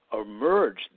emerged